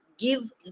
give